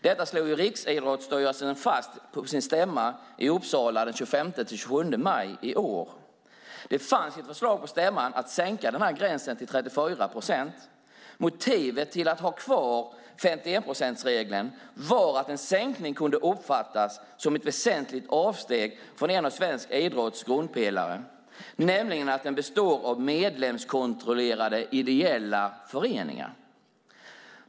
Detta slog Riksidrottsstyrelsen fast på sin stämma i Uppsala den 25-27 maj i år. Det fanns ett förslag på stämman att sänka gränsen till 34 procent. Motivet för att ha kvar 51-procentsregeln var att en sänkning kunde uppfattas som ett väsentligt avsteg från en av svensk idrotts grundpelare, nämligen att den består av medlemskontrollerade ideella föreningar.